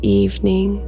evening